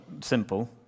simple